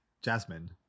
Jasmine